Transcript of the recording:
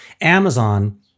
Amazon